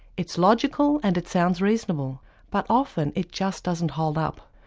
it's logical and it sounds reasonable but often it just doesn't hold up.